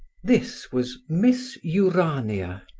this was miss urania,